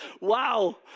wow